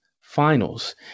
finals